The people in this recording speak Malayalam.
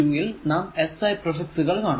2 ൽ നാം SI പ്രിഫിക്സുകൾ കാണും